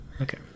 Okay